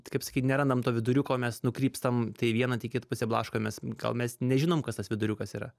kaip sakyt nerandam to viduriuko mes nukrypstam tai į vieną tai į kitą pusę blaškomės gal mes nežinom kas tas viduriukas yra